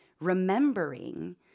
remembering